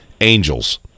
Angels